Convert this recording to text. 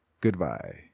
Goodbye